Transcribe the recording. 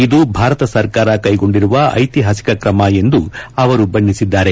ಇದು ಭಾರತ ಸರ್ಕಾರ ಕೈಗೊಂಡಿರುವ ಐತಿಹಾಸಿಕ ಕ್ರಮ ಎಂದು ಅವರು ಬಣ್ಣಿಸಿದ್ದಾರೆ